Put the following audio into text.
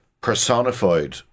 personified